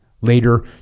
Later